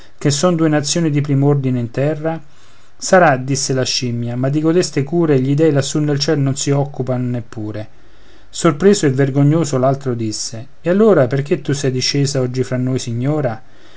che sono due nazioni di prim'ordine in terra sarà disse la scimmia ma di codeste cure gli dèi lassù nel cielo non si occupan neppure sorpreso e vergognoso l'altro riprese e allora perché tu sei discesa oggi fra noi signora